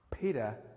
Peter